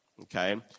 okay